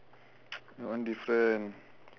that one different